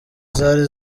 zari